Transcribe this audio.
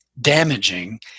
damaging